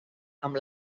amb